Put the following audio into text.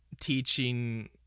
teaching